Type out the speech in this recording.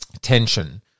tension